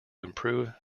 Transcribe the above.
improve